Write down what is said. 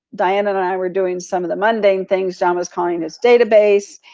diane and i were doing some of the mundane things. john was calling his database.